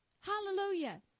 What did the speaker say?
Hallelujah